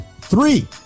Three